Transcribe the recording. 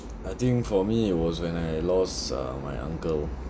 I think for me it was when I lost uh my uncle